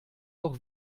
auch